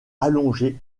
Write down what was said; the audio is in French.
allongé